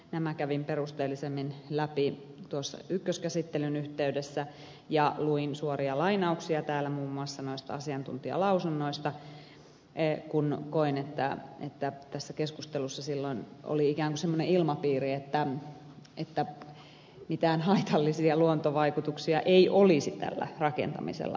nämä kävin perusteellisemmin läpi tuossa ykköskäsittelyn yhteydessä ja luin suoria lainauksia täällä muun muassa noista asiantuntijalausunnoista kun koin että tässä keskustelussa silloin oli ikään kuin semmoinen ilmapiiri että mitään haitallisia luontovaikutuksia ei olisi tällä rakentamisella